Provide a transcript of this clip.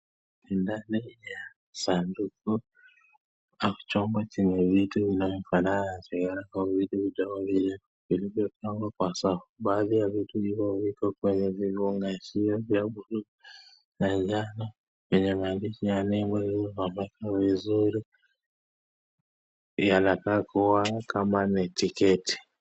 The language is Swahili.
Ni ndani ya sanduku au chombo chenye vitu vinavyofanana vilivyopangwa kwa safu. Baadhi ya vitu hivyo viko kwenye vifungashiyo ya blue na njano, kwenye maandishi ya nembo ambayo yamepangwa vizuri yana ka kuwa kama ni tiketi.